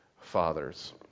fathers